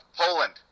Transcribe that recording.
Poland